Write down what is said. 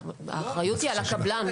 לחלוטין לא, האחריות היא על הקבלן.